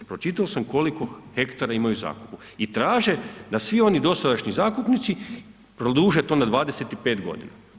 Pročitao sam koliko hektara imaju u zakupu i traže da svi oni dosadašnji zakupnici produže to na 25 godina.